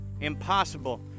impossible